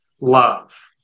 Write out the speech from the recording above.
love